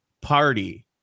Party